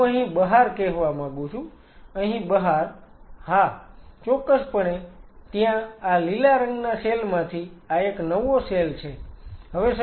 હું અહીં બહાર કહેવા માગું છું અહીં બહાર હા ચોક્કસપણે ત્યાં આ લીલા રંગના સેલ માંથી આ એક નવો સેલ છે